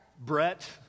Brett